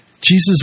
Jesus